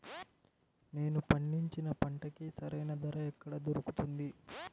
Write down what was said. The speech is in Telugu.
నేను పండించిన పంటకి సరైన ధర ఎక్కడ దొరుకుతుంది?